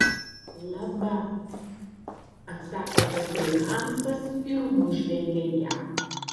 laba atsako tasai hansas ir nužvelgia ją